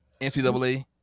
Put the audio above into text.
NCAA